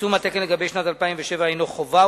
יישום התקן לגבי שנת 2007 אינו חובה,